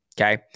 Okay